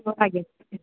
ଆଜ୍ଞା